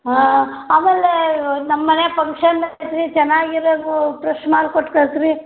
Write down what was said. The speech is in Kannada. ಹಾಂ ಆಮೇಲೆ ನಮ್ಮ ಮನೆ ಫಂಕ್ಷನ್ ಐತೆ ರಿ ಚೆನ್ನಾಗಿರೋವು ಪ್ರೆಶ್ ಮಾಲು ಕೊಟ್ಟು ಕಳ್ಸಿ ರೀ